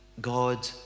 God